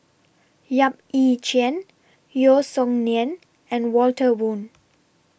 Yap Ee Chian Yeo Song Nian and Walter Woon